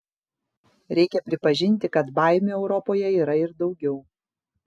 reikia pripažinti kad baimių europoje yra ir daugiau